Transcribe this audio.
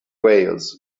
veils